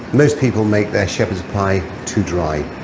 most people make their shepherd's pie too dry.